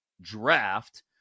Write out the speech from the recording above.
draft